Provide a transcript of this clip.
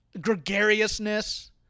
gregariousness